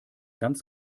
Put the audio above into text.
ganz